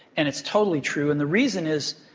and it's totally true. and the reason is